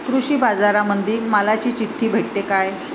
कृषीबाजारामंदी मालाची चिट्ठी भेटते काय?